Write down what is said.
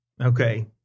Okay